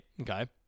Okay